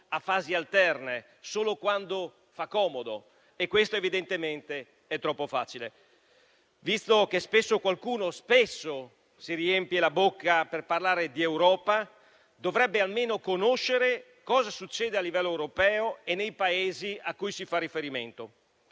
a fasi alterne, solo quando fa comodo, ed è evidentemente troppo facile. Visto che qualcuno spesso si riempie la bocca parlando di Europa, dovrebbe almeno conoscere cosa succede a livello europeo e nei Paesi a cui si fa riferimento.